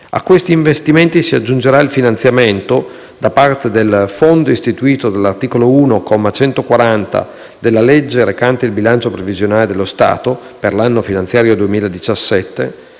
A questi investimenti si aggiungerà il finanziamento - da parte del Fondo istituito dall'articolo 1, comma 140, della legge recante il bilancio previsionale dello Stato, per l'anno finanziario 2017